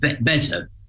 better